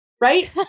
right